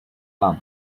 lamb